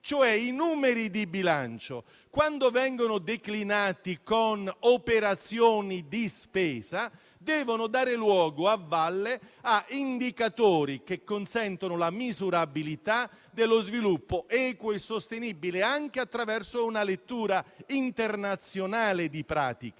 I numeri di bilancio cioè, quando vengono declinati con operazioni di spesa, devono dare luogo a valle a indicatori che consentano la misurabilità dello sviluppo equo e sostenibile, anche attraverso una lettura internazionale di pratiche.